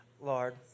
Lord